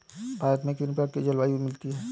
भारत में कितनी प्रकार की जलवायु मिलती है?